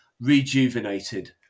rejuvenated